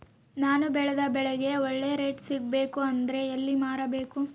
ನಾನು ಬೆಳೆದ ಬೆಳೆಗೆ ಒಳ್ಳೆ ರೇಟ್ ಸಿಗಬೇಕು ಅಂದ್ರೆ ಎಲ್ಲಿ ಮಾರಬೇಕು?